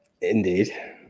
Indeed